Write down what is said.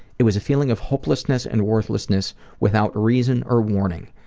it was a feeling of hopelessness and worthlessness without reason or warning.